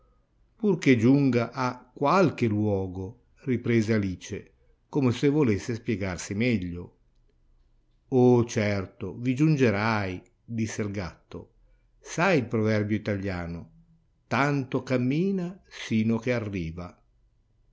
gatto purchè giunga a qualche luogo riprese alice come se volesse spiegarsi meglio oh certo vi giungerai disse il gatto sai il proverbio italiano tanto cammina sino che arriva